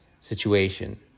situation